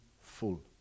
full